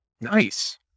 Nice